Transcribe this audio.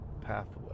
pathway